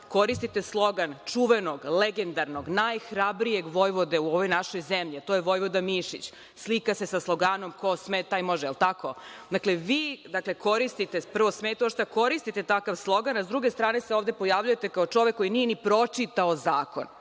koristite slogan čuvenog, legendarnog, najhrabrije, vojvode u ovoj našoj zemlji, a to je Vojvoda Mišić, slika se sa sloganom – ko sme taj može. Da li je tako? Dakle, vi koristite, prvo smeta što koristite takav slogan, a s druge strane se ovde pojavljujete kao čovek koji nije ni pročitao zakon.